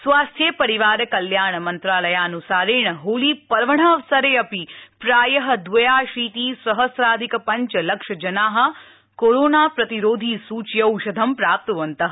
स्वास्थ्य परिवार कल्याण मन्त्रालयान्सारेण होलीपर्वणः अवसरे अपि प्रायः द्वयाशीति सहम्राधिक पञ्चलक्षजनाः कोरोना प्रतिरोधी सूच्यौषधं प्राप्तवन्तः